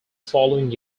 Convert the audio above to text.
following